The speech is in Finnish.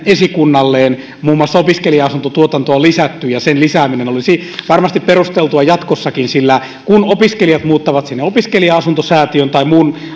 esikunnalleen muun muassa opiskelija asuntotuotantoa on lisätty ja sen lisääminen olisi varmasti perusteltua jatkossakin sillä kun opiskelijat muuttavat sinne opiskelija asuntosäätiön tai muun